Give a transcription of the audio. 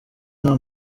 nta